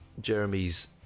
Jeremy's